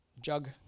jug